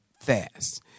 fast